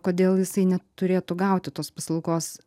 kodėl jisai neturėtų gauti tos paslaugos